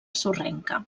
sorrenca